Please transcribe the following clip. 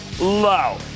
low